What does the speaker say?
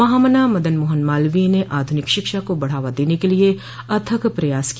महामना मदन मोहन मालवीय ने आधुनिक शिक्षा को बढ़ावा देने के लिए अथक प्रयास किया